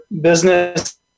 business